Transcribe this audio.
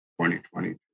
2022